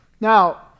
Now